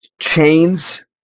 chains